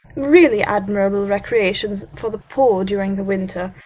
really admirable recreations for the poor during the winter.